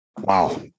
Wow